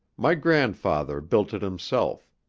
my grandfather built it himself.